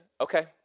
okay